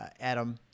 Adam